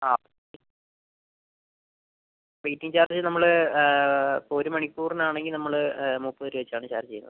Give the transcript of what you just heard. ആ waiting charge നമ്മള് ഒരു മണിക്കൂറിനാണെങ്കിൽ നമ്മള് മുപ്പതുരൂപ വെച്ചാണ് ചാർജ് ചെയ്യുന്നത്